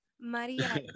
Maria